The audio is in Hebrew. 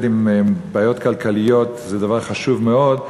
עם בעיות כלכליות זה דבר חשוב מאוד.